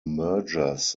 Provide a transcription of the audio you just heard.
mergers